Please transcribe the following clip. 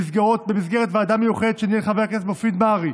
במסגרת ועדה מיוחדת שניהל חבר הכנסת מופיד מרעי.